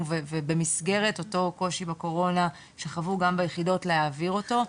ובמסגרת אותו קושי בקורונה שחוו גם ביחידות להעביר אותו.